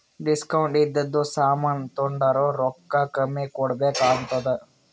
discount ಇದ್ದಿದು ಸಾಮಾನ್ ತೊಂಡುರ್ ರೊಕ್ಕಾ ಕಮ್ಮಿ ಕೊಡ್ಬೆಕ್ ಆತ್ತುದ್